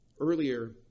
Earlier